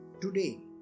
today